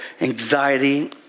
anxiety